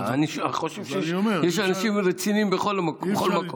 אני חושב שיש אנשים רציניים בכל מקום.